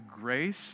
grace